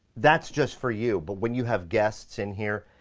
that's just for you. but when you have guests in here,